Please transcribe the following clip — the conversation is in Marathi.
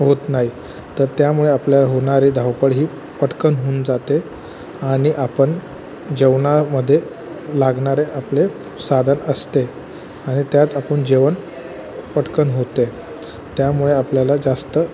होत नाही तर त्यामुळे आपल्या होणारी धावपळ ही पटकन होऊन जाते आणि आपण जेवणामध्ये लागणारे आपले साधन असते आणि त्यात आपण जेवण पटकन होते त्यामुळे आपल्याला जास्त